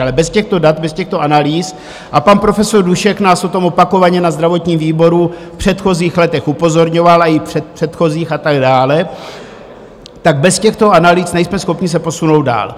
Ale bez těchto dat, bez těchto analýz, pan profesor Dušek nás o tom opakovaně na zdravotním výboru v předchozích letech upozorňoval, a i v předpředchozích a tak dále, tak bez těchto analýz nejsme schopni se posunout dál.